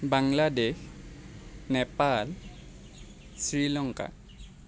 Bangladesh Nepal Sri Lanka